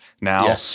now